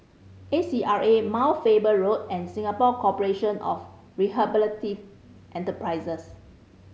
A C R A Mount Faber Road and Singapore Corporation of Rehabilitative Enterprises